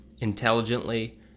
intelligently